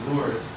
Lord